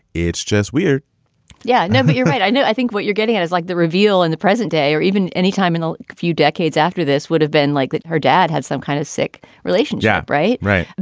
it's just weird yeah. no, but you're right. i know. i think what you're getting at is like the reveal and the present day or even any time in a few decades after this would have been like that. her dad had some kind of sick relationship. right. right.